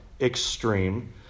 extreme